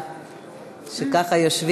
51. אם כן,